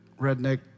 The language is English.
Redneck